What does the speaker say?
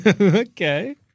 Okay